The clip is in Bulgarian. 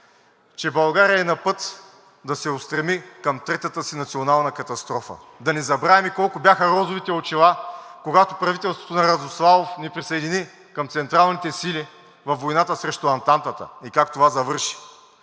че България е напът да се устреми към третата си национална катастрофа. Да не забравяме колко бяха розовите очила, когато правителството на Радославов ни присъедини към Централните сили във войната срещу Антантата и как това завърши.